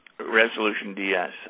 ResolutionDS